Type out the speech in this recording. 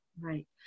Right